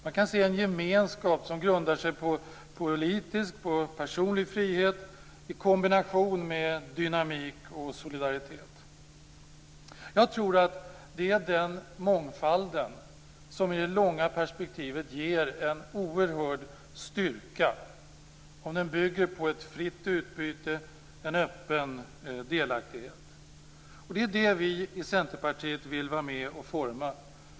Man kan se en gemenskap som grundar sig politiskt på personlig frihet i kombination med dynamik och solidaritet. Jag tror att det är den mångfalden som i det långa perspektivet ger en oerhörd styrka, om den bygger på ett fritt utbyte och en öppen delaktighet. Det är det vi i Centerpartiet vill vara med och forma.